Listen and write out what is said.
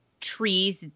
trees